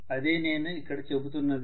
అదే నేను ఇక్కడ చెపుతున్నది